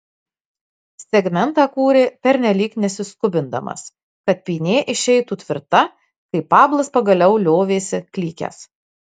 segmentą kūrė pernelyg nesiskubindamas kad pynė išeitų tvirta kai pablas pagaliau liovėsi klykęs